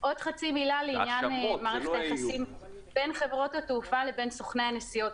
עוד חצי מילה לעניין מערכת היחסים בין חברות התעופה לסוכני הנסיעות.